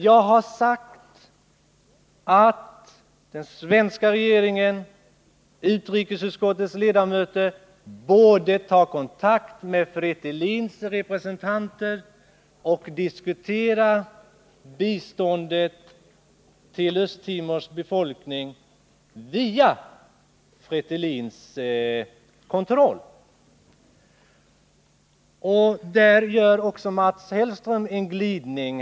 Jag har sagt att den svenska regeringen och utrikesutskottets ledamöter borde ta kontakt med Fretilins representanter och diskutera bistånd till Östtimors befolkning under Fretilins kontroll. Där gör också Mats Hellström en glidning.